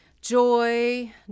Joy